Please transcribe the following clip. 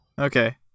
Okay